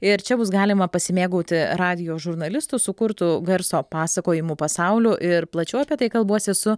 ir čia bus galima pasimėgauti radijo žurnalistų sukurtu garso pasakojimų pasauliu ir plačiau apie tai kalbuosi su